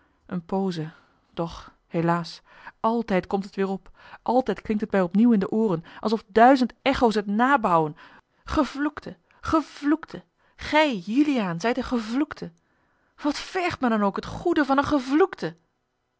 eene pooze doch helaas altijd komt het weêr op altijd klinkt het mij opnieuw in de ooren alsof duizend echo's het nabauwen gevloekte gevloekte gij juliaan zijt een gevloekte wat vergt men dan ook het goede van een gevloekte